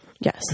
Yes